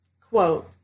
Quote